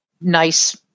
nice